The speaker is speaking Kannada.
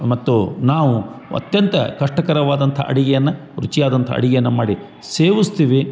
ಮತ್ತು ನಾವು ಅತ್ಯಂತ ಕಷ್ಟಕರವಾದಂಥ ಅಡಿಗೆಯನ್ನು ರುಚಿಯಾದಂಥ ಅಡಿಗೆಯನ್ನು ಮಾಡಿ ಸೇವಿಸ್ತೀವಿ